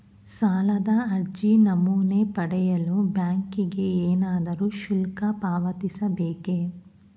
ಸಾಲದ ಅರ್ಜಿ ನಮೂನೆ ಪಡೆಯಲು ಬ್ಯಾಂಕಿಗೆ ಏನಾದರೂ ಶುಲ್ಕ ಪಾವತಿಸಬೇಕೇ?